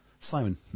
Simon